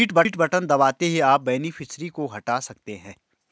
delete button दबाते ही आप बेनिफिशियरी को हटा सकते है